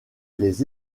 les